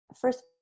first